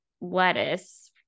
lettuce